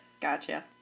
Gotcha